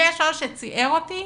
אם יש משהו שציער אותי,